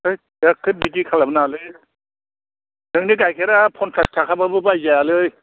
होद एख्खे बिदि खालामनो नाङालै नोंनि गाइखेरा पन्सास थाखाबाबो बायजायालै